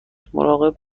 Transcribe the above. درها